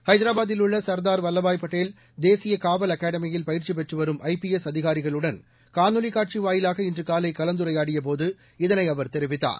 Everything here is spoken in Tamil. ஹைதராபாத்தில் உள்ள சர்தார் வல்வபாய்படேல் தேசிய காவல் அகாடமியில் பயிற்சிபெற்று வரும் ஐபிஎஸ் அதிகாரிகளுடன் காணொலி காட்சி வாயிலாக இன்று காலை கலந்துரையாடிய போது இதனை அவர் தெரிவித்தார்